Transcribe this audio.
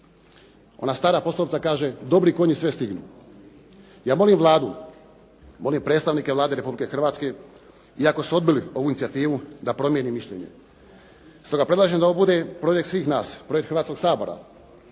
Ona stara poslovica kaže dobri konji sve stignu. Ja molim Vladu, molim predstavnike Vlade Republike Hrvatske, iako su odbili ovu inicijativu da promijeni mišljenje. Stoga predlažem da ovo bude projekt svih nas, projekt Hrvatskog sabora,